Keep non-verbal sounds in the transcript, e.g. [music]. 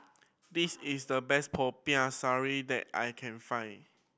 [noise] this is the best Popiah Sayur that I can find